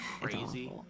crazy